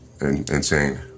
insane